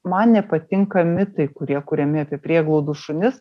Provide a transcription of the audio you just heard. man nepatinka mitai kurie kuriami apie prieglaudų šunis